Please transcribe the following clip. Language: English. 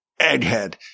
egghead